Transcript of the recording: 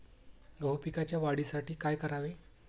गहू पिकाच्या वाढीसाठी काय करावे?